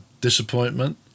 disappointment